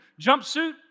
jumpsuit